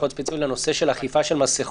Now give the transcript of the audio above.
הנחיות ספציפיות לנושא של אכיפה של מסכות?